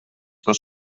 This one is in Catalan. dos